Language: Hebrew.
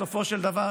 בסופו של דבר,